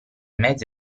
mezzi